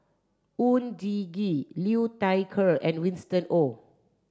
Oon Jin Gee Liu Thai Ker and Winston Oh